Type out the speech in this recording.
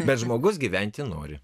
bet žmogus gyventi nori